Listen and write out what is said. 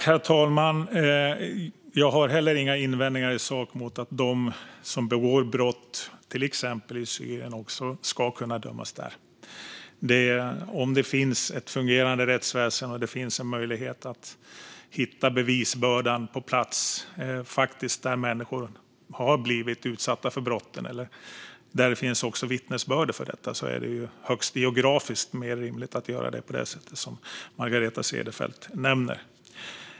Herr talman! Jag har inga invändningar i sak mot att de som begår brott i till exempel Syrien ska kunna dömas där. Om det finns ett fungerande rättsväsen och det finns en möjlighet att hitta bevis på plats, där människor har blivit utsatta för brotten eller där det finns vittnesbörd om detta, är det ju geografiskt mer rimligt att göra det på det sätt som Margareta Cederfelt nämnde.